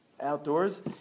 Outdoors